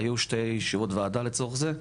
והיו שתי ישיבות וועדה לצורך זה,